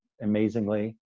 amazingly